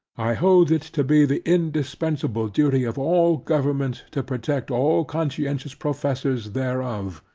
i hold it to be the indispensible duty of all government, to protect all conscientious professors thereof,